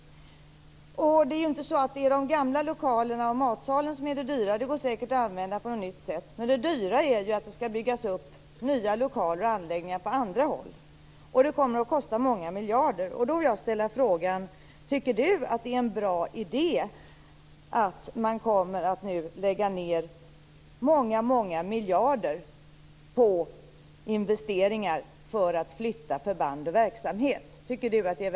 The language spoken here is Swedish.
Det är inte de gamla lokalerna och matsalarna som är det dyra. De går säkert att använda på annat sätt. Det dyra är ju att det ska byggas upp nya lokaler och anläggningar på andra håll, och det kommer att kosta många miljarder. Då vill jag ställa frågan: Tycker Göran Norlander att det är en bra idé att man nu kommer att lägga ned många, många miljarder på investeringar för att flytta förband och verksamhet?